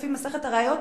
לפי מסכת הראיות,